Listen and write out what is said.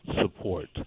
support